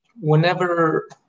whenever